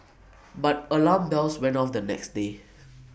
but alarm bells went off the next day